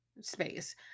space